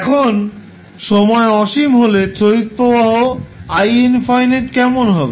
এখন সময় অসীম হলে তড়িৎ প্রবাহ i ∞ কেমন হবে